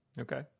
Okay